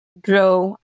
grow